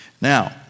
Now